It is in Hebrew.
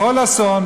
בכל אסון,